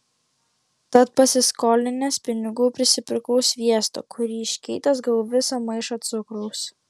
tad pasiskolinęs pinigų prisipirkau sviesto kurį iškeitęs gavau visą maišą cukraus